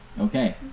Okay